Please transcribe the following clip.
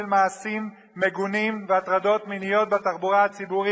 מעשים מגונים והטרדות מיניות בתחבורה הציבורית".